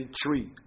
tree